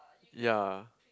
ya